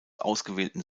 ausgewählten